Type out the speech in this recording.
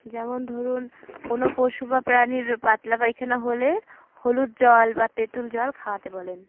যেমন ধরুন কোনো পশু বা প্রাণীর পাতলা পায়খানা হলে হলুদ জল বা তেঁতুল জল খাওয়াতে বলেন